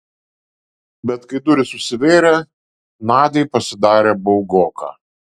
bet kai durys užsivėrė nadiai pasidarė baugoka